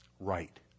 right